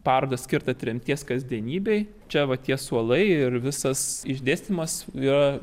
parodą skirtą tremties kasdienybei čia va tie suolai ir visas išdėstymas yra